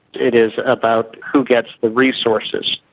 it is about who gets the resources.